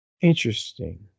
Interesting